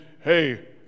hey